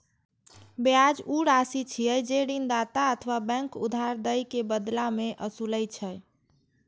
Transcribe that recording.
ब्याज ऊ राशि छियै, जे ऋणदाता अथवा बैंक उधार दए के बदला मे ओसूलै छै